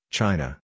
China